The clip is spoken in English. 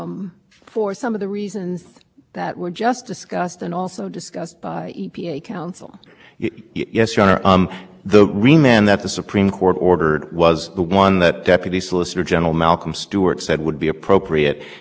right there are no uniform costs rochelle's right now there are two groups with two different cost thresholds and that's because e p a said in the room making and we quote this on page seven of our reply brief we believe it is appropriate to use multiple thresholds